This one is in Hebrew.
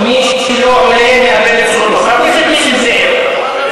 מי שלא עולה מאבד את זכותו, חבר הכנסת נסים זאב.